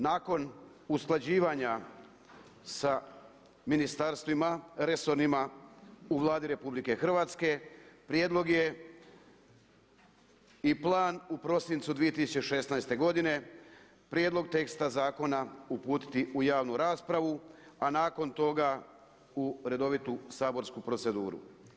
Nakon usklađivanja sa ministarstvima resornima u Vladi RH prijedlog je i plan u prosincu 2016. godine prijedlog teksta zakona uputiti u javnu raspravu, a nakon toga u redovitu saborsku proceduru.